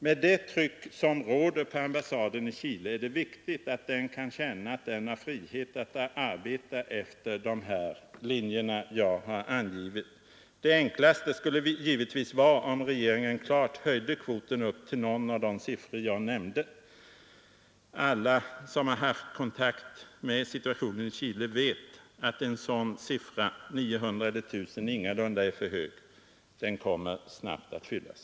Med det tryck som råder på ambassaden i Chile är det viktigt att den kan känna att den har frihet att arbeta efter de linjer som jag har angivit. Det enklaste skulle givetvis vara om regeringen klart höjde kvoten upp till någon av de siffror jag nämnde. Alla som har haft kontakt med situationen i Chile vet att en sådan siffra — 900 eller 1 000 — ingalunda är för hög. En sådan kvot kommer snabbt att fyllas.